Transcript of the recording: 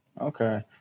Okay